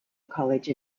college